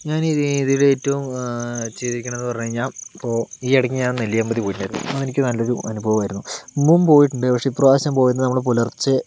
ഞാൻ ഈ ഇതിൽ ഏറ്റവും ചെയ്തിരിക്കണതെന്ന് പറഞ്ഞു കഴിഞ്ഞാൽ ഇപ്പോൾ ഈ ഇടയ്ക്ക് ഞാൻ നെല്ലിയാമ്പതി പോയിട്ടുണ്ടായിരുന്നു അത് എനിക്ക് നല്ല ഒരു അനുഭവമായിരുന്നു മുമ്പും പോയിട്ടുണ്ട് പക്ഷേ ഇപ്രാവശ്യം പോയത് നമ്മൾ പുലർച്ചെ